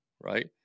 right